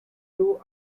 two